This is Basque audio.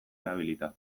erabilita